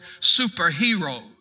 superheroes